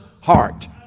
heart